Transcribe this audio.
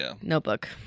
notebook